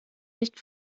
nicht